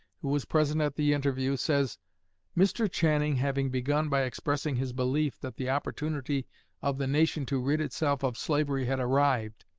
who was present at the interview, says mr. channing having begun by expressing his belief that the opportunity of the nation to rid itself of slavery had arrived,